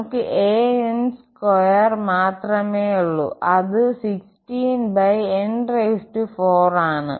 നമുക്ക് an2 മാത്രമേയുള്ളുഅത് 16 n4ആണ്